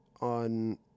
on